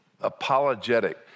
apologetic